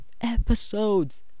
episodes